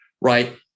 right